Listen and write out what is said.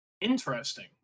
Interesting